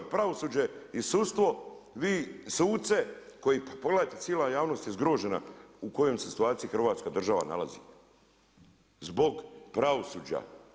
Pravosuđe i sudstvo vi suce koji, pa pogledajte cijela javnost je zgrožena u kojoj se situaciji Hrvatska država nalazi zbog pravosuđa.